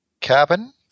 cabin